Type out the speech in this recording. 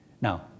Now